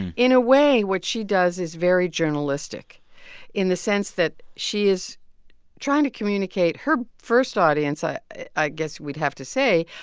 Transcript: in a way, what she does is very journalistic in the sense that she is trying to communicate her first audience, i i guess we'd have to say,